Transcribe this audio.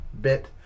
bit